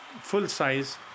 full-size